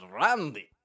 Randy